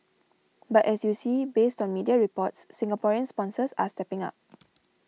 but as you see based on media reports Singaporean sponsors are stepping up